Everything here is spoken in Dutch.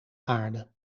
aarde